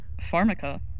Pharmaca